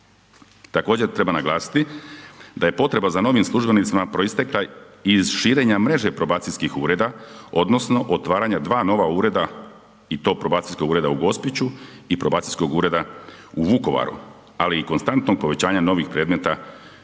Također treba naglasiti da je potreba za novim službenicima proistekla iz širenja mreže probacijskih ureda odnosno otvaranja dva nova ureda i to probacijskog ureda u Gospiću i probacijskog ureda u Vukovaru ali i konstantno povećanje novih predmeta